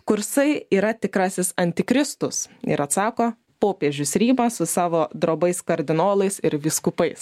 kursai yra tikrasis antikristus ir atsako popiežius ryma su savo drobais kardinolais ir vyskupais